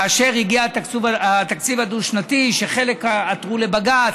כאשר הגיע התקציב הדו-שנתי, חלק עתרו לבג"ץ,